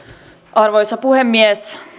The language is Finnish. arvoisa puhemies